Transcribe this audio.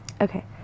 Okay